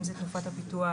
אם זה תנופת הפיתוח,